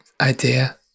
idea